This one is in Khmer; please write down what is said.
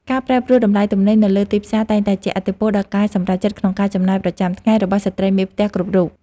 ការប្រែប្រួលតម្លៃទំនិញនៅលើទីផ្សារតែងតែជះឥទ្ធិពលដល់ការសម្រេចចិត្តក្នុងការចំណាយប្រចាំថ្ងៃរបស់ស្ត្រីមេផ្ទះគ្រប់រូប។